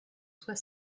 soit